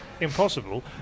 impossible